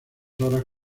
horas